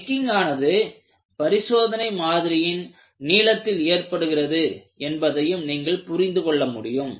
necking ஆனது பரிசோதனை மாதிரியின் நீளத்தில் ஏற்படுகிறது என்பதையும் நீங்கள் புரிந்து கொள்ள முடியும்